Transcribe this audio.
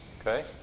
Okay